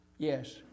Yes